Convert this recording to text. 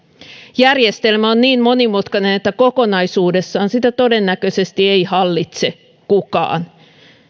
järjestelmä on niin monimutkainen että kokonaisuudessaan sitä todennäköisesti ei hallitse kukaan